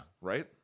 Right